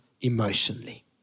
emotionally